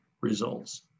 results